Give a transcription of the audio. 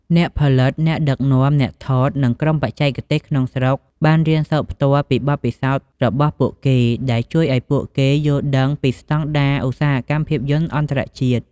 អ្នកផលិត អ្នកដឹកនាំ អ្នកថត និងក្រុមបច្ចេកទេសក្នុងស្រុក បានរៀនសូត្រផ្ទាល់ពីបទពិសោធន៍របស់ពួកគេ ដែលជួយឱ្យពួកគេយល់ដឹងពីស្តង់ដារឧស្សាហកម្មភាពយន្តអន្តរជាតិ។